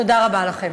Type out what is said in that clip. תודה רבה לכם.